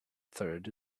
third